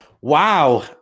Wow